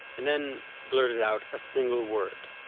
and then, blurted out a single word.